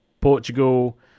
Portugal